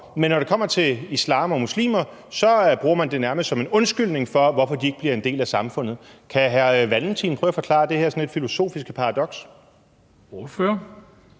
men når det kommer til islam og muslimer, bruger man det nærmest som en undskyldning for, at de ikke bliver en del af samfundet. Kan hr. Carl Valentin prøve at forklare det her sådan lidt filosofiske paradoks? Kl.